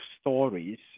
stories